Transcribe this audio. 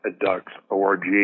ducks.org